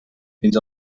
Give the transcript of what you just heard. fins